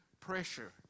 pressure